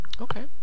Okay